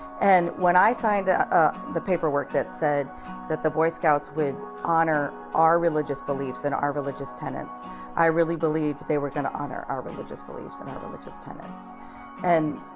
and when i signed ah ah the paperwork that said that the boy scouts would honor our religious beliefs and our religious tenets i really believed that they were going to honor our religious beliefs and our religious tenets and